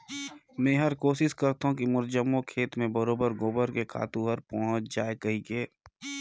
मेहर कोसिस करथों की मोर जम्मो खेत मे बरोबेर गोबर के खातू हर पहुँच जाय कहिके